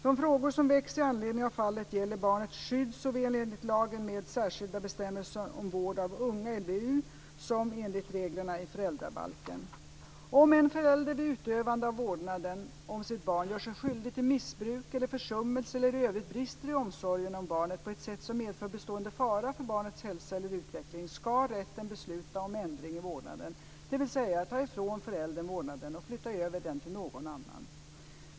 De frågor som väcks i anledning av fallen gäller barnets skydd såväl enligt lagen med särskilda bestämmelser om vård av unga som enligt reglerna i föräldrabalken. Om en förälder vid utövandet av vårdnaden om sitt barn gör sig skyldig till missbruk eller försummelse eller i övrigt brister i omsorgen om barnet på ett sätt som medför bestående fara för barnets hälsa eller utveckling, ska rätten besluta om ändring i vårdnaden, dvs. ta ifrån föräldern vårdnaden och flytta över den till någon annan.